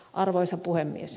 arvoisa puhemies